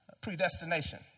predestination